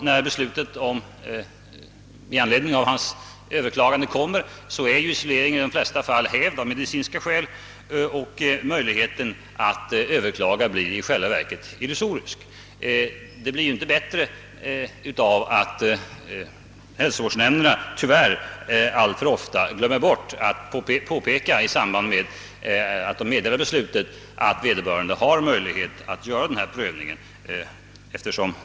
När beslutet i anledning av hans överklagande kommer honom till handa är isoleringen i de flesta fallredan hävd av medicinska skäl. Möjligheten att överklaga blir därför i själva verket illusorisk. Och det blir inte bättre av att hälsovårdsnämnderna tyvärr alltför ofta i samband med ett beslutsmeddelande glömmer att påpeka att vederbörande har möjlighet att få ärendet prövat.